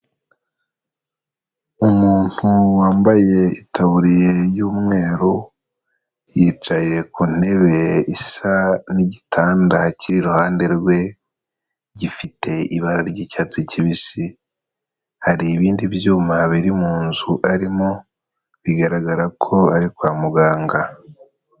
Umuntu wambaye itaburiya y'umweru yicaye ku ntebe isa n'igitanda kiri iruhande rwe gifite ibara ry'icyatsi kibisi, hari ibindi byuma biri mu nzu arimo bigaragara ko ari kwa muganga.